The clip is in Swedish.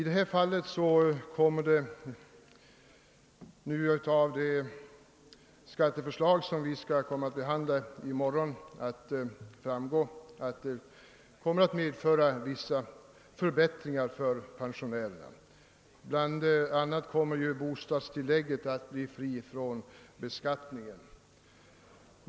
Det skat teförslag som vi skall behandla i morgon, kommer att medföra vissa förbättringar för pensionärerna. Bl. a. kommer bostadstillägget att bli fritt från beskattning.